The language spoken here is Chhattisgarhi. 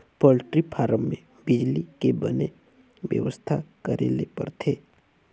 पोल्टी फारम में बिजली के बने बेवस्था करे ले परथे